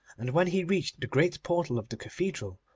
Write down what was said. and when he reached the great portal of the cathedral,